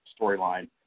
storyline